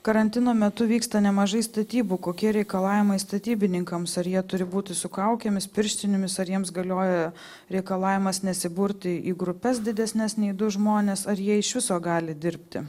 karantino metu vyksta nemažai statybų kokie reikalavimai statybininkams ar jie turi būti su kaukėmis pirštinėmis ar jiems galioja reikalavimas nesiburti į grupes didesnes nei du žmonės ar jie iš viso gali dirbti